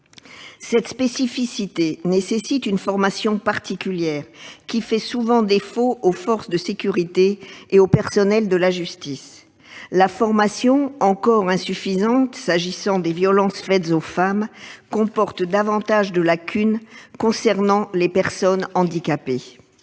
Cette spécificité nécessite une formation particulière, qui fait défaut aux forces de sécurité et aux personnels de la justice. La formation encore insuffisante à la question des violences faites aux femmes comporte encore davantage de lacunes lorsque ces violences concernent